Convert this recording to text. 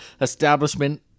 establishment